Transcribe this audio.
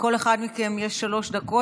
לכל אחד מכם יש שלוש דקות.